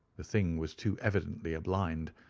the thing was too evidently a blind.